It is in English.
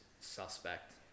suspect